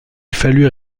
fallut